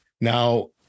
now